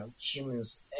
humans